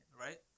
right